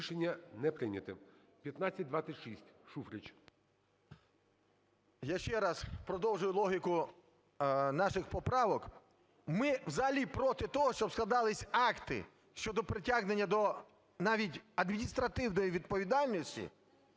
Рішення не прийнято. 1526. Шуфрич. 10:52:13 ШУФРИЧ Н.І. Я ще раз продовжую логіку наших поправок. Ми взагалі проти того, щоб складалися акти щодо притягнення до навіть адміністративної відповідальності